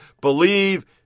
believe